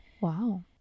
Wow